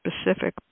specific